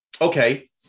Okay